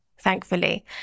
thankfully